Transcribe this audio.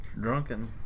drunken